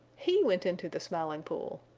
he went into the smiling pool.